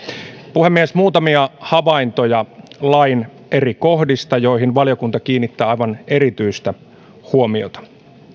puhemies muutamia havaintoja lain eri kohdista joihin valiokunta kiinnittää aivan erityistä huomiota